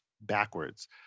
backwards